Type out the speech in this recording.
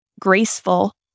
graceful